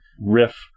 riff